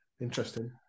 interesting